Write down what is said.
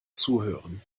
zuhören